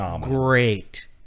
great